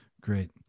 Great